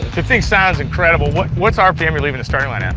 the thing sounds incredible. what's what's rpm you're leaving the starting line at?